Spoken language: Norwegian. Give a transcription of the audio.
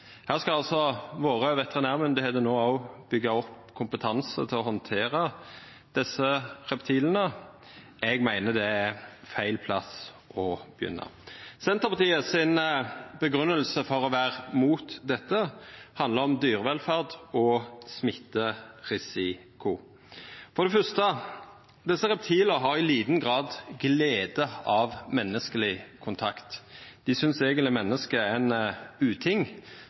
skal altså våre veterinærmyndigheiter byggja opp kompetanse til å handtera desse reptila. Eg meiner det er feil plass å begynna. Senterpartiets grunngjeving for å vera imot dette, handlar om dyrevelferd og smitterisiko. For det første: Desse reptila har i liten grad glede av menneskeleg kontakt. Dei synest eigentleg menneske er ein uting,